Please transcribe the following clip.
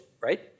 right